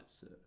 sir